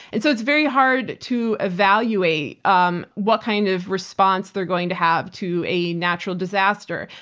and so it's very hard to evaluate um what kind of response they're going to have to a natural disaster.